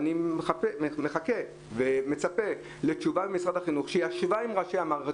אני מחכה ומצפה לתשובה ממשרד החינוך שישבה עם המערכת.